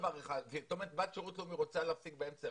זאת אומרת בת שירות לאומי רוצה להפסיק באמצע,